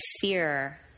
fear